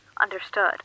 Understood